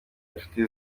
inshuti